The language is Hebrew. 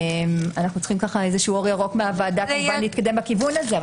אנחנו צריכים אור ירוק מהוועדה כמובן להתקדם בכיוון הזה,